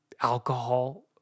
alcohol